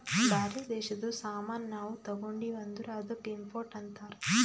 ಬ್ಯಾರೆ ದೇಶದು ಸಾಮಾನ್ ನಾವು ತಗೊಂಡಿವ್ ಅಂದುರ್ ಅದ್ದುಕ ಇಂಪೋರ್ಟ್ ಅಂತಾರ್